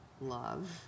love